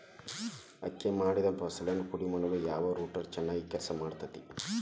ಅಕ್ಕಿ ಮಾಡಿದ ಫಸಲನ್ನು ಪುಡಿಮಾಡಲು ಯಾವ ರೂಟರ್ ಚೆನ್ನಾಗಿ ಕೆಲಸ ಮಾಡತೈತ್ರಿ?